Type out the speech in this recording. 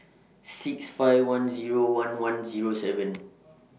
six five one Zero one one Zero seven